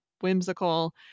whimsical